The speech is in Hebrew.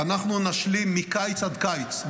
אנחנו נשלים מקיץ עד קיץ,